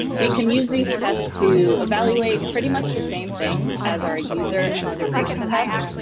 we can use these tests to evaluate pretty much the same things as our user and integration tests,